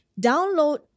download